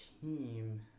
team